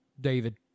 david